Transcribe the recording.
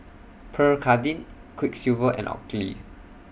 Pierre Cardin Quiksilver and Oakley